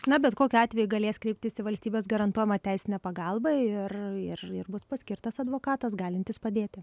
na bet kokiu atveju galės kreiptis į valstybės garantuojamą teisinę pagalbą ir ir ir bus paskirtas advokatas galintis padėti